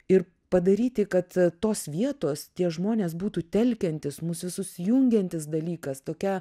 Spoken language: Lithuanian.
ir padaryti kad tos vietos tie žmonės būtų telkiantis mus visus jungiantis dalykas tokia